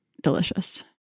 delicious